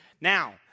Now